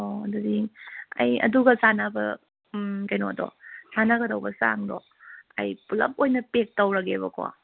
ꯑꯣ ꯑꯗꯨꯗꯤ ꯑꯩ ꯑꯗꯨꯒ ꯆꯥꯟꯅꯕ ꯎꯝ ꯀꯩꯅꯣꯗꯣ ꯆꯥꯟꯅꯒꯗꯧꯕ ꯆꯥꯡꯗꯣ ꯑꯩ ꯄꯨꯂꯞ ꯑꯣꯏꯅ ꯄꯦꯛ ꯇꯧꯔꯒꯦꯕꯀꯣ